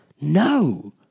No